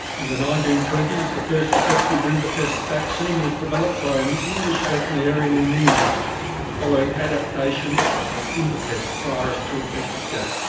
in the nineteen twenty s the first effective rinderpest vaccine was developed by an english veterinarian in india following adaptation of the rinderpest virus to infected goats